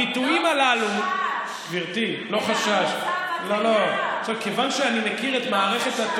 גברתי, הביטויים הללו, לא החשש, אלא המצב הקיים.